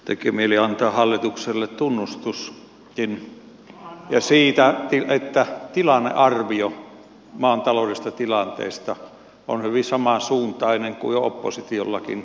tekee mieli antaa hallitukselle tunnustuskin siitä että tilannearvio maan taloudellisesta tilanteesta on hyvin samansuuntainen kuin oppositiollakin